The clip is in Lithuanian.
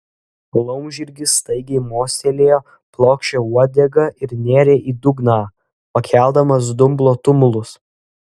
laumžirgis staigiai mostelėjo plokščia uodega ir nėrė į dugną pakeldamas dumblo tumulus